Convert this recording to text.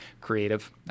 creative